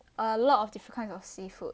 a lot of different kinds of seafood